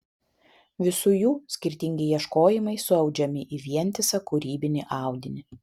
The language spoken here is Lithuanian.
visų jų skirtingi ieškojimai suaudžiami į vientisą kūrybinį audinį